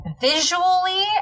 Visually